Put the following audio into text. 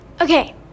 Okay